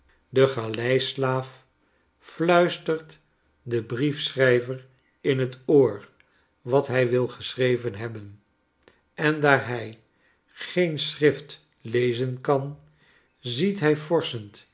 de galeislaaf fluistert den brief schrijver in het oor wat hij wil geschreven hebben en daar hij geen schrift lezen kan ziet hij